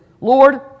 Lord